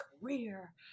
career